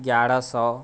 एगारह सए